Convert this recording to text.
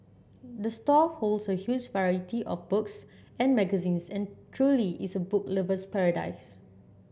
the store holds a huge variety of books and magazines and truly is a book lover's paradise